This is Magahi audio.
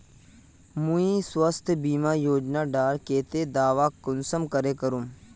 मुई स्वास्थ्य बीमा योजना डार केते दावा कुंसम करे करूम?